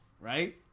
right